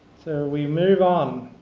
we move on